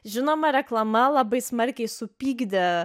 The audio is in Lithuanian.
žinoma reklama labai smarkiai supykdė